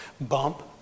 bump